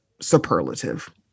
superlative